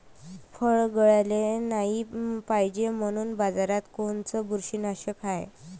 फळं गळाले नाही पायजे म्हनून बाजारात कोनचं बुरशीनाशक हाय?